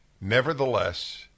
Nevertheless